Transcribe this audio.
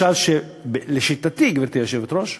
לשיטתי, גברתי היושבת-ראש,